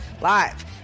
live